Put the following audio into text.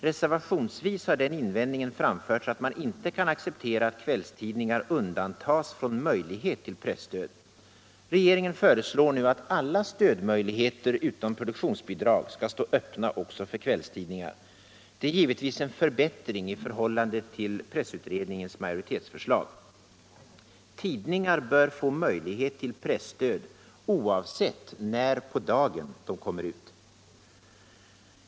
Reservationsvis har den invändningen framförts att man inte kan acceptera att kvällstidningar undantas från möjlighet till presstöd. Regeringen föreslår nu att alla stödmöjligheter utom produktionsbidrag skall stå öppna också för kvällstidningar. Detta är givetvis en förbättring i förhållande till pressutredningens majoritetsförslag. Tidningar bör få möjlighet till presstöd oavsett när på dagen de kommer ut.